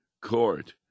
Court